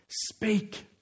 Speak